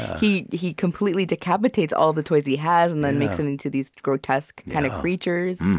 he he completely decapitates all the toys he has and then makes them into these grotesque and creatures.